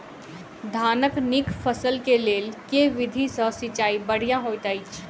धानक नीक फसल केँ लेल केँ विधि सँ सिंचाई बढ़िया होइत अछि?